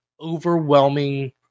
overwhelming